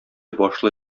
башлы